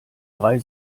drei